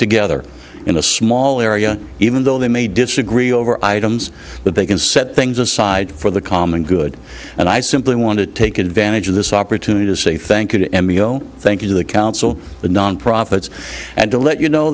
together in a small area even though they may disagree over items but they can set things aside for the common good and i simply want to take advantage of this opportunity to say thank you to m b o thank you to the council of nonprofits and to let you know